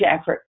effort